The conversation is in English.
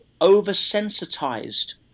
oversensitized